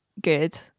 good